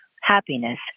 happiness